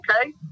okay